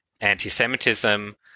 anti-Semitism